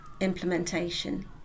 implementation